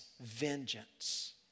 vengeance